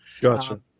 Gotcha